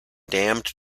dammed